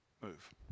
move